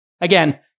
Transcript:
Again